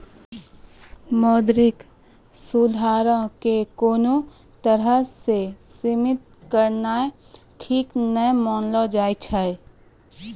मौद्रिक सुधारो के कोनो तरहो से सीमित करनाय ठीक नै मानलो जाय छै